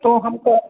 तो हमको